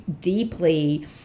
deeply